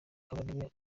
kabarebe